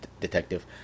detective